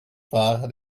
fahrer